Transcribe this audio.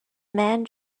man